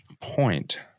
point